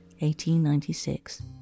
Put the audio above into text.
1896